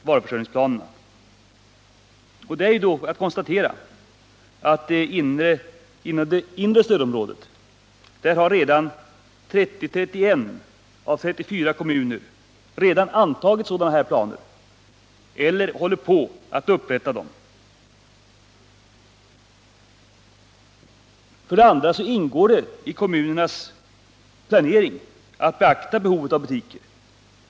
Där kan konstateras för det första att inom det inre stödområdet 31 av 34 kommuner antingen redan har antagit sådana planer eller håller på att upprätta dem och för det andra att det ingår i kommunernas planering att beakta behovet av butiker.